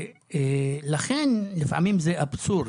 ולכן, לפעמים זה אבסורד,